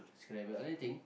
scrabble other thing